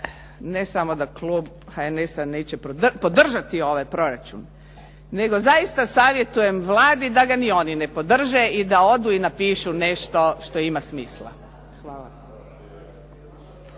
ne samo da klub HNS-a neće podržati ovaj proračun, nego zaista savjetujem Vladi da ga ni oni ne podrže i da odu i napišu nešto što ima smisla. Hvala.